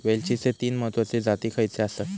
वेलचीचे तीन महत्वाचे जाती खयचे आसत?